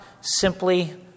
simply